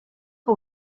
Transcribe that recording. que